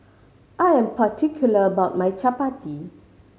I am particular about my chappati